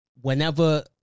whenever